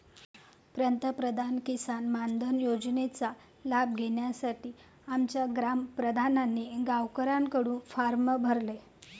पंतप्रधान किसान मानधन योजनेचा लाभ घेण्यासाठी आमच्या ग्राम प्रधानांनी गावकऱ्यांकडून फॉर्म भरले